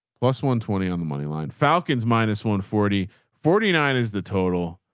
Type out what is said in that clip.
plus one twenty on the money line falcons minus one forty forty nine is the total.